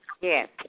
Yes